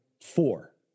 four